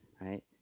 right